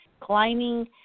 climbing